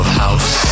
house